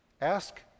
ask